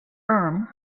urim